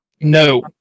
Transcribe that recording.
No